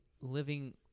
living